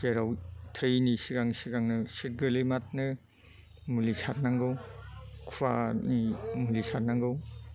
जेराव थैयैनि सिगां सिगांनो सिट गोलैब्लानो मुलि सारनांगौ खुवानि मुलि सारनांगौ